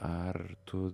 ar tu